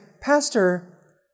Pastor